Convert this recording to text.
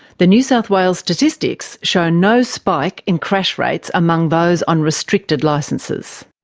the new south wales statistics show no spike in crash rates among those on restricted licences.